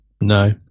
No